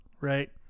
right